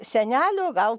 senelio gal